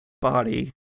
body